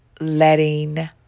letting